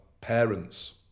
parents